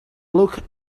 looked